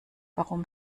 warum